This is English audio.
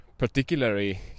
particularly